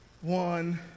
one